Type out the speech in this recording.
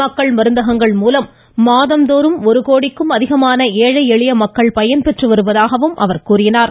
மக்கள் மருந்தங்கள் மூலம் மாதந்தோறும் ஒரு கோடிக்கும் அதிகமான ஏழை எளிய மக்கள் பயன்பெற்று வருவதாகவும் எடுத்துரைத்தார்